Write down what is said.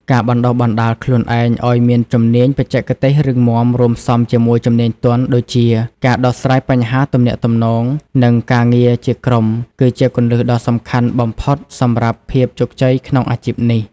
ការបណ្ដុះបណ្ដាលខ្លួនឯងឲ្យមានជំនាញបច្ចេកទេសរឹងមាំរួមផ្សំជាមួយជំនាញទន់ដូចជាការដោះស្រាយបញ្ហាទំនាក់ទំនងនិងការងារជាក្រុម គឺជាគន្លឹះដ៏សំខាន់បំផុតសម្រាប់ភាពជោគជ័យក្នុងអាជីពនេះ។